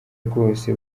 rwose